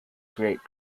great